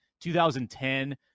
2010